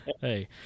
hey